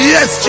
Yes